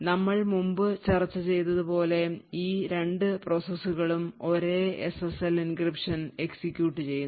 ഞങ്ങൾ മുമ്പ് ചർച്ച ചെയ്തതുപോലെ ഈ രണ്ട് പ്രോസസ്സുകളും ഒരേ എസ്എസ്എൽ എൻക്രിപ്ഷൻ എക്സിക്യൂട്ട് ചെയ്യുന്നു